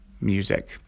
music